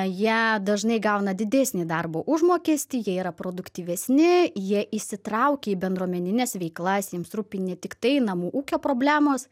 jie dažnai gauna didesnį darbo užmokestį jie yra produktyvesni jie įsitraukia į bendruomenines veiklas jiems rūpi ne tik tai namų ūkio problemos